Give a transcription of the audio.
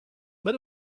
but